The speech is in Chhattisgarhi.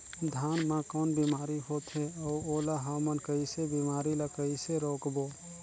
धान मा कौन बीमारी होथे अउ ओला हमन कइसे बीमारी ला कइसे रोकबो?